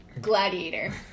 Gladiator